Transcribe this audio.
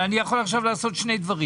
אני יכול לעשות שני דברים